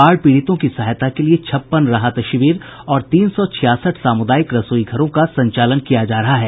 बाढ़ पीड़ितों की सहायता के लिये छप्पन राहत शिविर और तीन सौ छियासठ सामुदायिक रसोई घरों का संचालन किया जा रहा है